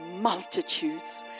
multitudes